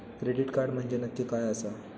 Credit card म्हंजे नक्की काय आसा?